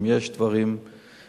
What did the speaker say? אם יש דברים פליליים,